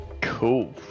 cool